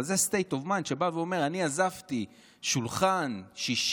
אבל זה state of mind שבא ואומר: אני עזבתי שולחן שישי,